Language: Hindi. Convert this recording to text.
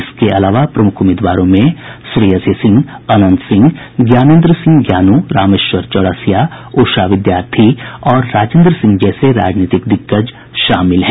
इसके अलावा प्रमुख उम्मीदवारों में अंतर्राष्ट्रीय निशानेबाज श्रेयसी सिंह अनंत सिंह ज्ञानेन्द्र सिंह ज्ञानू रामेश्वर चौरसिया उषा विद्यार्थी और राजेन्द्र सिंह जैसे राजनीतिक दिग्गज शामिल हैं